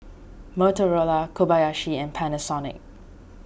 Motorola Kobayashi and Panasonic